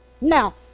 Now